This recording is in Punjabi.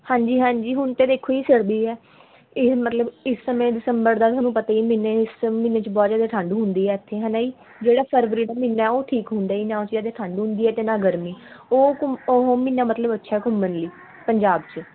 ਹਾਂਜੀ ਹਾਂਜੀ ਹੁਣ ਤਾਂ ਦੇਖੋ ਜੀ ਸਰਦੀ ਹੈ ਇਹ ਮਤਲਬ ਇਸ ਸਮੇਂ ਦਿਸੰਬਰ ਦਾ ਤੁਹਾਨੂੰ ਪਤਾ ਹੀ ਹੈ ਮਹੀਨੇ ਇਸ ਮਹੀਨੇ 'ਚ ਬਹੁਤ ਜ਼ਿਆਦਾ ਠੰਡ ਹੁੰਦੀ ਹੈ ਐਥੇ ਹੈ ਨਾ ਜੀ ਜਿਹੜਾ ਫਰਵਰੀ ਦਾ ਮਹੀਨਾ ਉਹ ਠੀਕ ਹੁੰਦਾ ਹੈ ਨਾ ਉਸ 'ਚ ਜ਼ਿਆਦਾ ਠੰਡ ਹੁੰਦੀ ਹੈ ਅਤੇ ਨਾ ਗਰਮੀ ਉਹ ਘੁ ਉਹ ਮਹੀਨਾ ਮਤਲਬ ਅੱਛਾ ਘੁੰਮਣ ਲਈ ਪੰਜਾਬ 'ਚ